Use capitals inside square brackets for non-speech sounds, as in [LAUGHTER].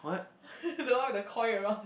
[LAUGHS] the one with the coil around